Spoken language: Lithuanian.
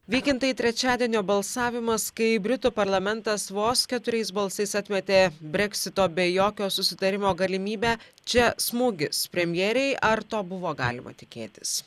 vykintai trečiadienio balsavimas kai britų parlamentas vos keturiais balsais atmetė breksito be jokio susitarimo galimybę čia smūgis premjerei ar to buvo galima tikėtis